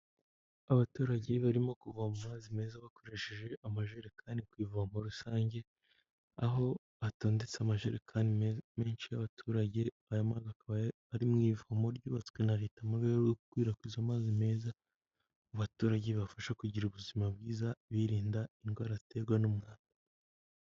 Abaturage barimo kuvoma amazi meza bakoresheje amajerekani ku ivomo rusange aho batondetse amajerekani menshi y'abaturage aya mazi akaba ari mu ivomo ryubatswe na leta mu rwego rwo gukwirakwiza amazi meza mu baturage bibafasha kugira ubuzima bwiza birinda indwara aterwa n'umwanda.